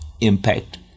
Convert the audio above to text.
impact